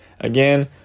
again